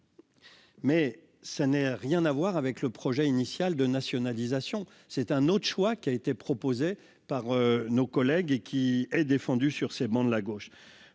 Mais ça n'est rien à voir avec le projet initial de nationalisation. C'est un autre choix qui a été proposé par nos collègues et qui est défendu sur ces bancs de la gauche,